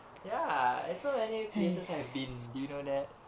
ya there's so many places I've been do you know that